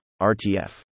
RTF